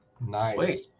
Nice